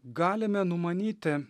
galime numanyti